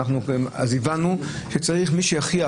אז הבנו שצריך מי שיוכיח